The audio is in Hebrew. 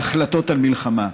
בהחלטות על מלחמה.